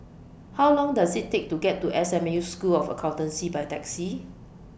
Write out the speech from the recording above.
How Long Does IT Take to get to S M U School of Accountancy By Taxi